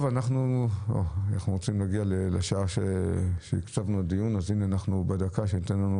אנחנו בדקה שתיתן לנו